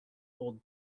old